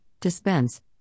dispense